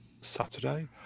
Saturday